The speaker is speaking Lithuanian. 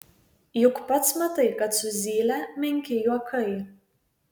juk pats matai kad su zyle menki juokai